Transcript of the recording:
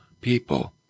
people